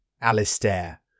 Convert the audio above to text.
Alistair